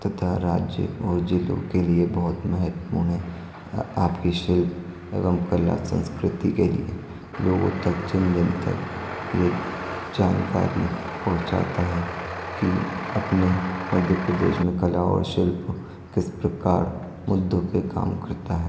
तथा राज्य और ज़िलों के लिए बहुत महत्वपूर्ण है आपकी शिल्प एवम कला संस्कृति के लिए लोगों तक जिन जिन तक यह जानकारी पहुँचाता है कि अपने मध्य प्रदेश में कला और शिल्प किस प्रकार मुद्दों पर काम करता है